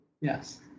Yes